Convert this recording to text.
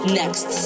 next